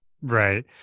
Right